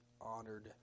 honored